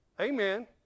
Amen